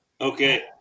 Okay